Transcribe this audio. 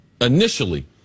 initially